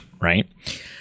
Right